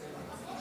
מאיר,